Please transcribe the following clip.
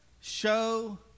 show